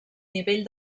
nivell